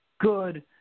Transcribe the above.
good